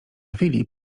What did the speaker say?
filip